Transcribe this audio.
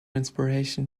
inspiration